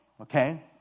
okay